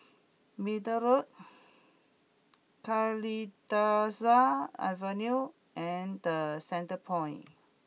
Middle Road Kalidasa Avenue and The Centrepoint